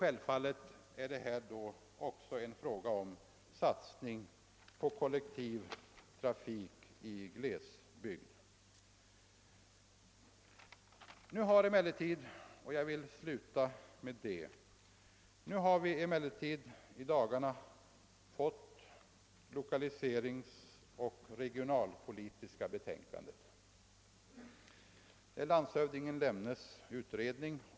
Självfallet görs det en satsning på kollektiv trafik i glesbygd. Avslutningsvis vill jag säga några ord om landshövding Lemnes utredning angående lokaliseringsoch regionalpolitiken vi i dagarna fått.